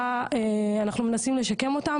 אנחנו מנסים לשקם אותם,